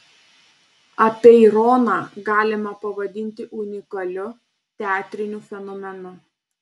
apeironą galima pavadinti unikaliu teatriniu fenomenu